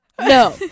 No